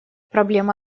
проблема